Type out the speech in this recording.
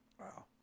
Wow